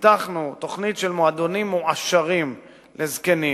פיתחנו תוכנית של מועדונים מועשרים לזקנים,